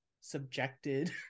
subjected